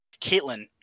Caitlin